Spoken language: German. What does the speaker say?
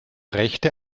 rechte